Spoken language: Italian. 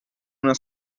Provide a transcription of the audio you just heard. una